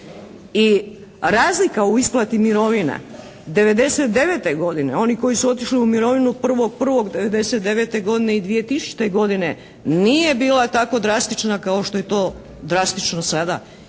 I razlika u isplati mirovina '99. godine, oni koji su otišli u mirovinu 1.1.'99. godine i 2000. godine nije bila tako drastična kao što je to drastično sada.